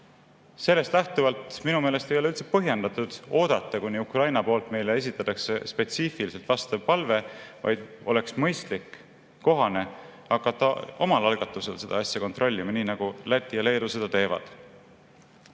Sellest lähtuvalt minu meelest ei ole üldse põhjendatud oodata, kuni Ukraina esitab meile spetsiifiliselt vastava palve, vaid oleks mõistlik ja kohane hakata omal algatusel seda asja kontrollima, nii nagu Läti ja Leedu seda teevad.